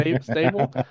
stable